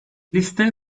liste